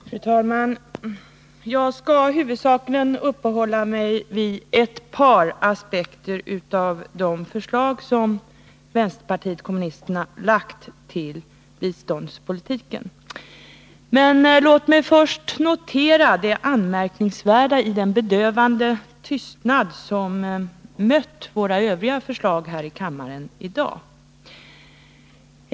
Fru talman! Jag skall huvudsakligen uppehålla mig vid ett par aspekter på de förslag som vänsterpartiet kommunisterna lagt fram angående biståndspolitiken. Men låt mig först notera det anmärkningsvärda i den bedövande tystnad som mött våra övriga förslag här i kammaren i dag.